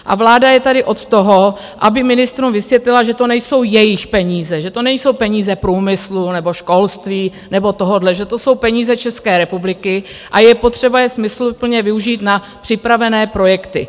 A vláda je tady od toho, aby ministrům vysvětlila, že to nejsou jejich peníze, že to nejdou peníze průmyslu nebo školství nebo tohohle, že to jsou peníze České republiky a je potřeba je smysluplně využít na připravené projekty.